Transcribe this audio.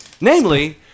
Namely